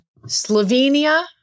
Slovenia